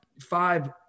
five